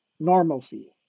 normalcy